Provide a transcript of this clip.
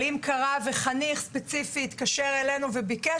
אבל אם קרה שחניך התקשר אלינו וביקש